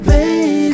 Baby